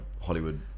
Hollywood